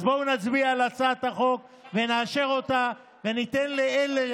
אז בואו נצביע על הצעת החוק ונאשר אותה וניתן לאלה